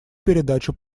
передачу